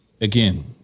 again